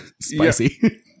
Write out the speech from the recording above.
Spicy